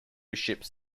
ships